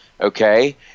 okay